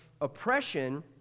oppression